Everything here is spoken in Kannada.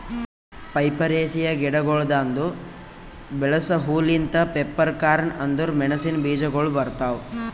ಪೈಪರೇಸಿಯೆ ಗಿಡಗೊಳ್ದಾಂದು ಬೆಳಸ ಹೂ ಲಿಂತ್ ಪೆಪ್ಪರ್ಕಾರ್ನ್ ಅಂದುರ್ ಮೆಣಸಿನ ಬೀಜಗೊಳ್ ಬರ್ತಾವ್